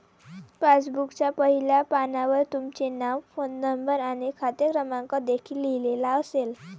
पासबुकच्या पहिल्या पानावर तुमचे नाव, फोन नंबर आणि खाते क्रमांक देखील लिहिलेला असेल